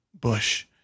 Bush